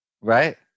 Right